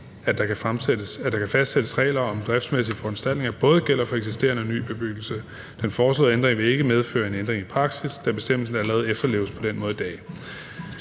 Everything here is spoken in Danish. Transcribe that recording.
at der kan fastsættes regler om driftsmæssige foranstaltninger, både gælder for eksisterende og ny bebyggelse. Den foreslåede ændring vil ikke medføre en ændring i praksis, da bestemmelsen allerede efterleves på den måde i dag.